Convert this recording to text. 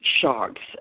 sharks